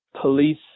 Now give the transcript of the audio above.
police